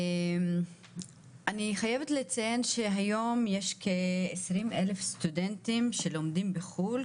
כיום יש 20,000 סטודנטים שלומדים בחו"ל,